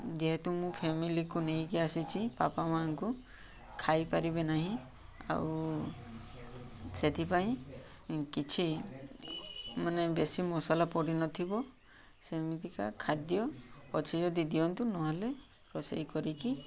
ଯେହେତୁ ମୁଁ ଫାମିଲିକୁ ନେଇକି ଆସିଛି ବାପା ମାଆଙ୍କୁ ଖାଇପାରିବେ ନାହିଁ ଆଉ ସେଥିପାଇଁ କିଛି ମାନେ ବେଶୀ ମସଲା ପଡ଼ିନଥିବ ସେମିତିକା ଖାଦ୍ୟ ଅଛି ଯଦି ଦିଅନ୍ତୁ ନହେଲେ ରୋଷେଇ କରିକି